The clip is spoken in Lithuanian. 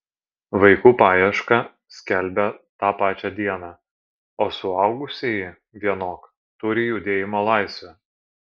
vaikų paiešką skelbia tą pačią dieną o suaugusieji vienok turi judėjimo laisvę